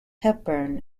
hepburn